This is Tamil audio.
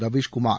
ரவீஸ்குமார்